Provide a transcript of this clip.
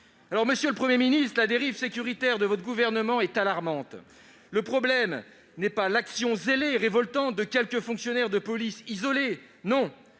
... Monsieur le Premier ministre, la dérive sécuritaire de votre gouvernement est alarmante. Le problème, ce n'est pas l'action zélée et révoltante de quelques fonctionnaires de police isolés. Non